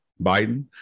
Biden